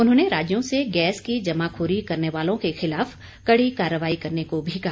उन्होंने राज्यों से गैस की जमाखोरी करने वालों के खिलाफ कड़ी कार्रवाई करने को भी कहा